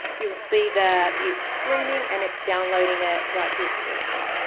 you'll see that it's streaming and it's downloading it right here for me now.